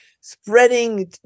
spreading